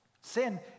Sin